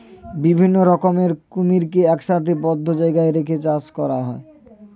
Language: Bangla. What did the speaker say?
বিভিন্ন রকমের কুমিরকে একসাথে বদ্ধ জায়গায় রেখে চাষ করা হয়